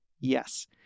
yes